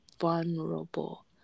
vulnerable